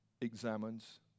examines